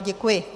Děkuji.